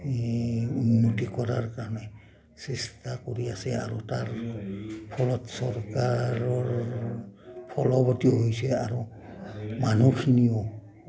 উন্নতি কৰাৰ কাৰণে চেষ্টা কৰি আছে আৰু তাৰ ফলত চৰকাৰো ফলবতী হৈছে আৰু মানুহখিনিও